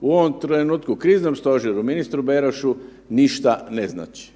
u ovom trenutku u kriznom stožeru ministru Berošu ništa ne znači